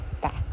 back